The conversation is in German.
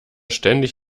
ständig